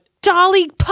Dolly